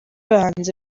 abahanzi